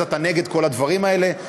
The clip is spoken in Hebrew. אז אתה נגד כל הדברים האלה,